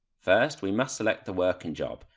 first we must select the working job,